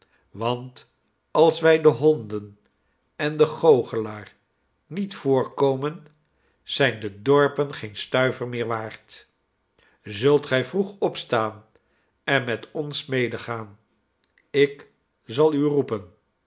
want als wij de honden en den goochelaar niet voorkomen zijn de dorpen geen stuiver meer waard zult gij vroeg opstaan en met ons medegaan ik zal u roepen